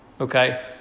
Okay